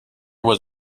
was